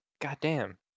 goddamn